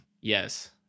Yes